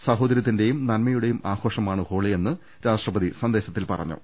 സാഹോദര്യത്തിന്റെയും നന്മ യുടെയും ആഘോഷമാണ് ഹോളിയെന്ന് രാഷ്ട്രപതി സന്ദേശത്തിൽ പറഞ്ഞു